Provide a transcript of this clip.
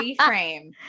reframe